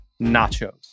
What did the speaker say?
nachos